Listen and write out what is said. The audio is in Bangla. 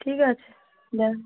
ঠিক আছে যাও